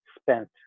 spent